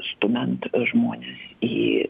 stumiant žmones į